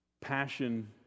passion